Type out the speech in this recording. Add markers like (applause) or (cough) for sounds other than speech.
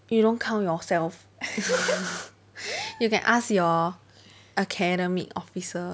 you don't count yourself (laughs) you can ask your academic officer